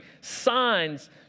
signs